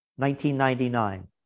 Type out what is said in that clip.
1999